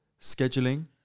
scheduling